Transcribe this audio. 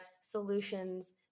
solutions